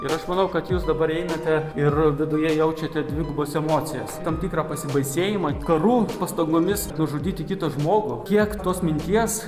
ir aš manau kad jūs dabar einate ir viduje jaučiate dvigubas emocijas tam tikrą pasibaisėjimą karu pastangomis nužudyti kitą žmogų kiek tos minties